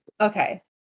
Okay